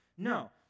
No